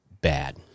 bad